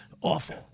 Awful